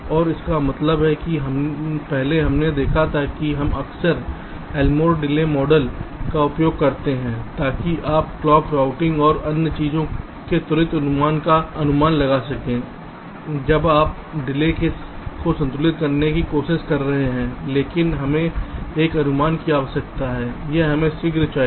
और इसका मतलब है कि पहले हमने देखा था कि हम अक्सर एल्मोर डिले मॉडल का उपयोग करते हैं ताकि आप क्लॉक रूटिंग और अन्य चीजों के त्वरित अनुमान का अनुमान लगा सकें जब आप डिले को संतुलित करने की कोशिश कर रहे हैं लेकिन हमें कुछ अनुमान की आवश्यकता है यह हमें शीघ्र चाहिए